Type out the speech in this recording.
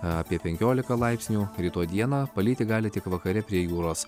apie penkiolika laipsnių rytoj dieną palyti gali tik vakare prie jūros